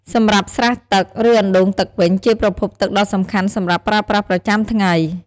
សម្រាប់ស្រះទឹក ឬអណ្ដូងទឹកវិញ ជាប្រភពទឹកដ៏សំខាន់សម្រាប់ប្រើប្រាស់ប្រចាំថ្ងៃ។